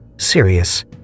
Serious